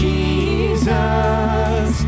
Jesus